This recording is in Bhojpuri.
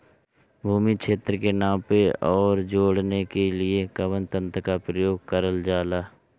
भूमि क्षेत्र के नापे आउर जोड़ने के लिए कवन तंत्र का प्रयोग करल जा ला?